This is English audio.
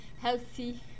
healthy